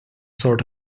sort